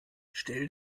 stell